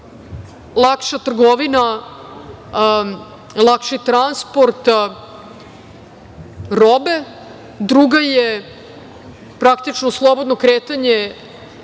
lakša trgovina, lakši transport robe, druga je praktično, slobodno kretanje